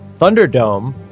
thunderdome